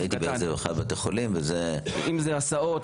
כשהייתי באחד מבתי החולים וזה --- אם זה הסעות,